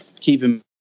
keeping